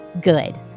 good